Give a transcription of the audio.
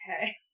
Okay